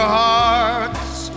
hearts